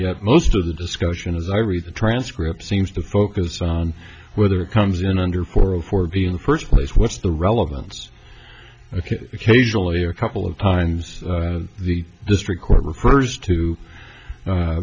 yet most of the discussion as i read the transcript seems to focus on whether it comes in under four o four b in the first place what's the relevance ok occasionally a couple of times the district court refers to